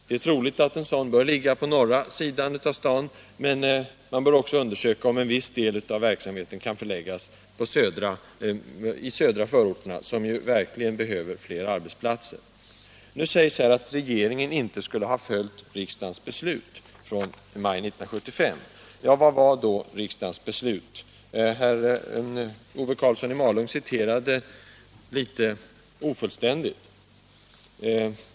Det är troligt att en sådan bör ligga på norra sidan av staden, men man bör också undersöka om en viss del av verksamheten kan förläggas i södra förorterna, som ju verkligen behöver flera arbetsplatser. Nu sägs här att regeringen inte skulle ha följt riksdagens beslut från maj 1975. Vad var då riksdagens beslut? Herr Ove Karlsson i Malung citerade litet ofullständigt.